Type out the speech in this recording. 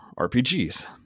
RPGs